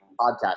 podcast